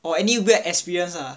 or any weird experience ah